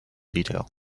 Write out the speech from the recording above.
detail